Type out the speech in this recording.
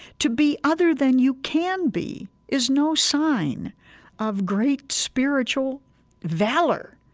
to be other than you can be is no sign of great spiritual valor.